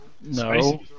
no